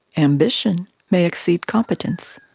ambition may exceed competence.